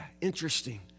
interesting